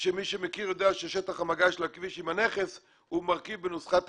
שמי שמכיר יודע ששטח המגע של הכביש עם הנכס הוא מרכיב בנוסחת הפינוי,